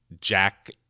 Jack